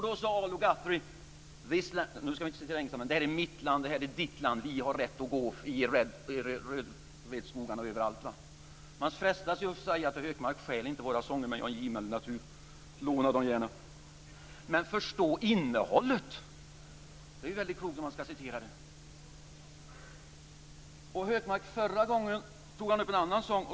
Då sade Woody Guthrie: Det här är mitt land, det här är ditt land. Vi har rätt att gå i redwood-skogarna och överallt. Man frestas att säga till Hökmark: Stjäl inte våra sånger! Men jag är en givmild natur, låna dem gärna. Men förstå innehållet! Det är mycket klokt om man ska återge det. Förra gången tog Hökmark upp en annan sång.